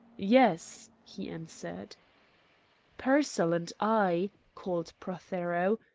yes, he answered. pearsall and i, called prothero,